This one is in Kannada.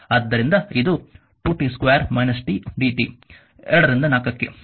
ಆದ್ದರಿಂದ ಇದು 2 t 2 − t dt 2 ರಿಂದ 4 ಕ್ಕೆ